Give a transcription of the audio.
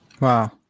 wow